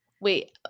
Wait